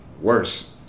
worse